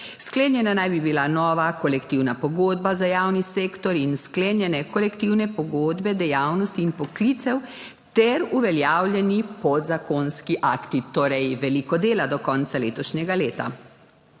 Sklenjena naj bi bila nova kolektivna pogodba za javni sektor in sklenjene kolektivne pogodbe dejavnosti in poklicev ter uveljavljeni podzakonski akti. Torej veliko dela do konca letošnjega leta.